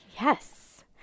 Yes